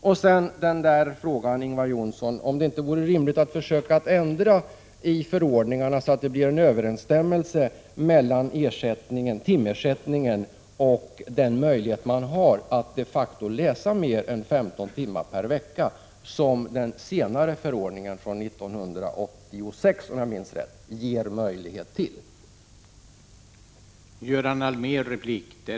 Sedan har jag ännu en fråga, Ingvar Johnsson: Vore det inte rimligt att försöka ändra i förordningarna så att det blir överensstämmelse mellan timersättningen och den möjlighet man har enligt den senare förordningen — från 1986, om jag minns rätt — att de facto läsa mer än 15 timmar per vecka?